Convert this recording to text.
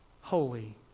holy